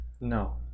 No